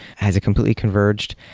has it completely converged?